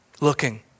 looking